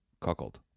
cuckold